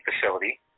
facility